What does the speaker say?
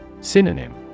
Synonym